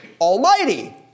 almighty